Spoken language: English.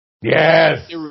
Yes